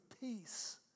peace